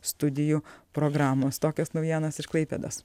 studijų programos tokios naujienos iš klaipėdos